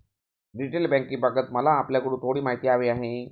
retail बँकिंगबाबत मला आपल्याकडून थोडी माहिती हवी आहे